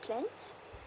plans